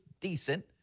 decent